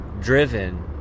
driven